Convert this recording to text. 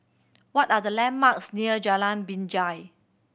what are the landmarks near Jalan Binjai